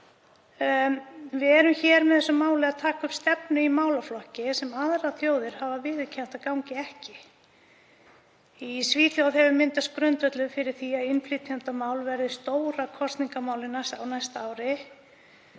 Við erum með þessu máli að taka upp stefnu í málaflokki sem aðrar þjóðir hafa viðurkennt að gangi ekki. Í Svíþjóð hefur myndast grundvöllur fyrir því að innflytjendamál verði stóra kosningamálið á næsta ári.